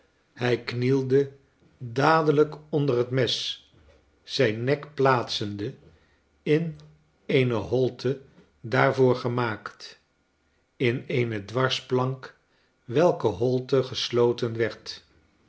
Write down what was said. hij knielde dadelilk onder het mes zijn nek plaatsende in eene holte daartoe gemaakt in eene dwarsplank welke holte gesloten werd